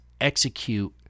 execute